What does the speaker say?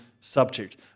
subject